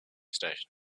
station